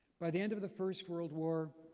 by the end of the first world war,